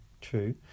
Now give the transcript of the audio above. true